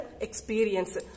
experience